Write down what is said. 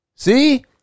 See